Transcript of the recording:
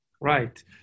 Right